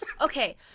Okay